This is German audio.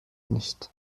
nicht